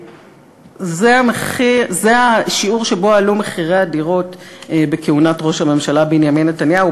זה השיעור שבו עלו מחירי הדירות בכהונת ראש הממשלה בנימין נתניהו,